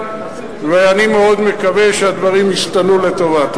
ואני מאוד מקווה שהדברים ישתנו לטובה.